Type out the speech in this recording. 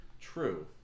True